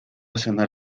cenar